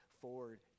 forward